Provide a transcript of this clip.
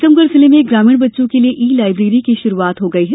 टीकमगढ़ जिले में ग्रामीण बच्चों के लिए ई लाइब्रेरी की शुरूआत हो गई है